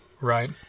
Right